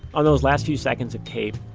on those last few seconds of tape,